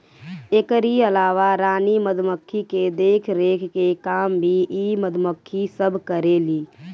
एकरी अलावा रानी मधुमक्खी के देखरेख के काम भी इ मधुमक्खी सब करेली